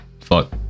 Fuck